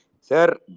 Sir